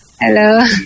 Hello